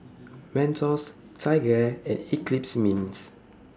Mentos TigerAir and Eclipse Mints